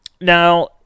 Now